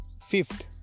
Fifth